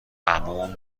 عموم